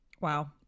Wow